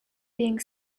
being